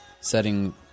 setting